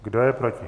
Kdo je proti?